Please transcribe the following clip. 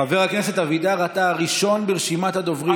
חבר הכנסת אבידר, אתה הראשון ברשימת הדוברים.